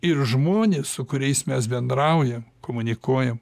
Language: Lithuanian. ir žmonės su kuriais mes bendraujam komunikuojam